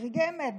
ברגעי אמת,